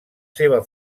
seva